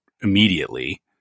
immediately